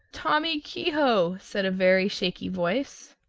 tommy kehoe, said a very shaky voice.